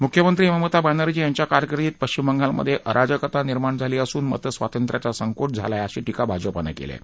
मुख्यमंत्री ममता बर्फ्रीी यांच्या कारकिर्दीत पश्चिम बंगालमधे अराजकता निर्माण झाली असून मतस्वातंत्र्याचा संकोच झाला आहे अशी टीका भाजपानं केली आहे